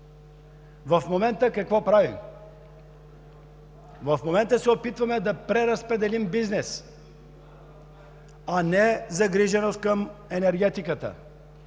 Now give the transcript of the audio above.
В момента какво правим? В момента се опитваме да преразпределим бизнес, а не е загриженост към енергетиката.